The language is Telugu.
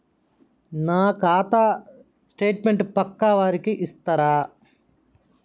నా ఖాతా స్టేట్మెంట్ పక్కా వారికి ఇస్తరా?